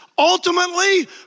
Ultimately